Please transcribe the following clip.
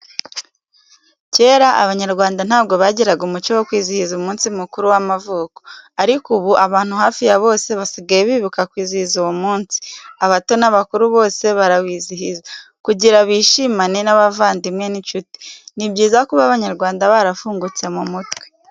Kera Abanyarwanda ntabwo bagiraga umuco wo kwizihiza umunsi mukuru w'amavuko, ariko ubu abantu hafi ya bose basigaye bibuka kwizihiza uwo munsi, abato n'abakuru bose barawizihiza kugira bishimane n'abavandimwe n'inshuti, Ni byiza kuba Abanyarwanda barafungutse mu mutwe.